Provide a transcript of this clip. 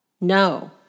No